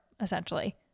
essentially